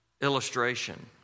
illustration